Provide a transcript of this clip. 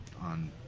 on